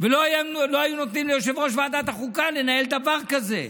ולא היו נותנים ליושב-ראש ועדת החוקה לנהל דבר כזה.